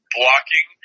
blocking